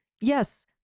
yes